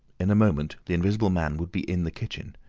in a moment the invisible man would be in the kitchen.